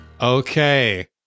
okay